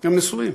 הם נשואים.